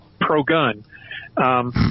pro-gun